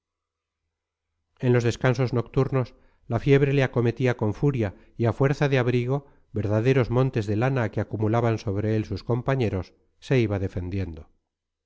en los descansos nocturnos la fiebre le acometía con furia y a fuerza de abrigo verdaderos montes de lana que acumulaban sobre él sus compañeros se iba defendiendo